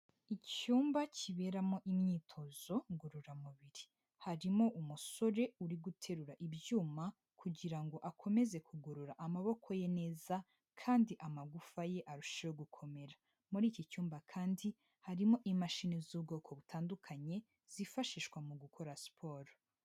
Icyumba kiberamo imyitozo ngororamubiri, harimo umusore uri guterura ibyuma kugira ngo akomeze kugorora amaboko ye neza kandi amagufa ye arusheho gukomera, muri iki cyumba kandi harimo imashini z'ubwoko butandukanye zifashishwa mu gukora siporo.